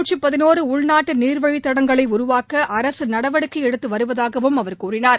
நூற்று பதினோரு உள்நாட்டு நீர்வழித் தடங்களை உருவாக்க அரசு நடவடிக்கை எடுத்து வருவதாக அவர் கூறினார்